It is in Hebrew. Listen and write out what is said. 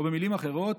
ובמילים אחרות,